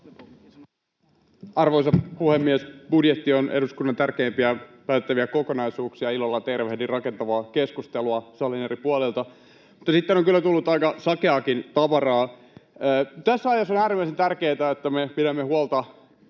Arvoisa puhemies! Budjetti on eduskunnan tärkeimpiä päätettäviä kokonaisuuksia, ja ilolla tervehdin rakentavaa keskustelua salin eri puolilta. Mutta sitten on kyllä tullut aika sakeaakin tavaraa. Tässä ajassa on äärimmäisen tärkeätä, että me pidämme huolta